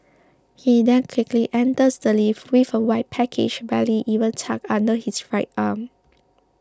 he then quickly enters the lift with a white package barely even tucked under his right arm